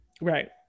Right